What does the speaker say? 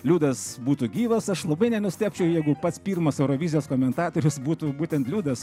liudas būtų gyvas aš labai nenustebčiau jeigu pats pirmas eurovizijos komentatorius būtų būtent liudas